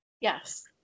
yes